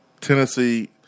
Tennessee